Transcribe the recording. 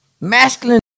Masculine